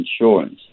insurance